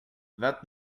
vingt